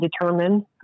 determine